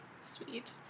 sweet